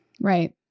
Right